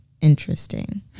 interesting